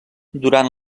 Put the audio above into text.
durant